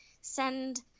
send